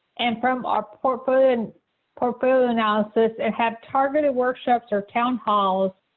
and from our portfolio and portfolio analysis and have targeted workshops or town halls.